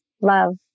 love